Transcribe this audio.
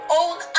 own